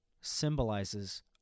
symbolizes